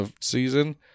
season